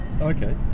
Okay